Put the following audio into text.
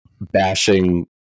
bashing